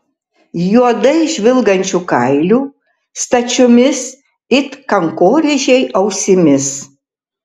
juodai žvilgančiu kailiu stačiomis it kankorėžiai ausimis